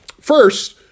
First